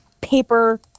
paper